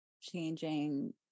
changing